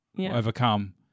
overcome